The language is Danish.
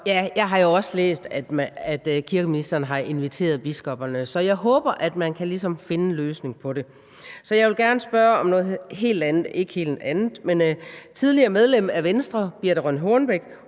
jeg har jo også læst, at kirkeministeren har inviteret biskopperne, så jeg håber, at man ligesom kan finde en løsning på det. Så jeg vil gerne spørge om noget andet, men ikke noget helt andet: Tidligere medlem af Venstre Birthe Rønn Hornbech